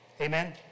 Amen